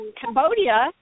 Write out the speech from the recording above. Cambodia